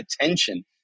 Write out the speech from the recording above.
attention